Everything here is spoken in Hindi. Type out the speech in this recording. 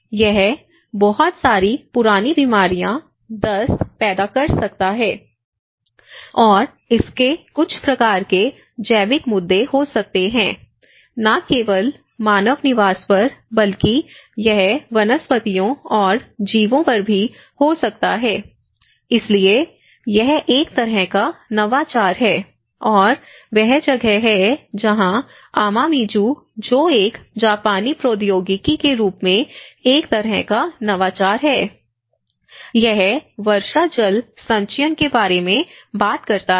यह बहुत सारी पुरानी बीमारियाँ दस्त पैदा कर सकता है और इसके कुछ प्रकार के जैविक मुद्दे हो सकते हैं न केवल मानव निवास पर बल्कि यह वनस्पतियों और जीवों पर भी हो सकता है इसलिए यह एक तरह का नवाचार है और वह जगह है जहां अमामिजू जो एक जापानी प्रौद्योगिकी के रूप में एक तरह का नवाचार है यह वर्षा जल संचयन के बारे में बात करता है